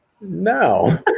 No